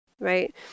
right